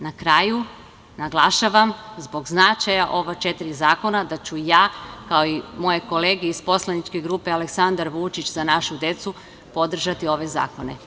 Na kraju, naglašavam, zbog značaja ova četiri zakona, da ću ja, kao i moje kolege iz poslaničke grupe Aleksandar Vučić – za našu decu, podržati ove zakone.